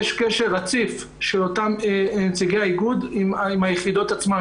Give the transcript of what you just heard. יש קשר רציף של אותם נציגי האיגוד עם היחידות עצמן,